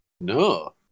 No